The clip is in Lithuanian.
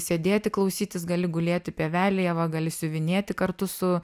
sėdėti klausytis gali gulėti pievelėje va gali siuvinėti kartu su